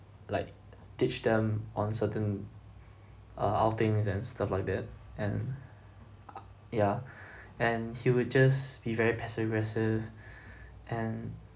like ditch them on certain uh outings and stuff like that and ah yeah and he would just be very passive aggressive and